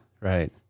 right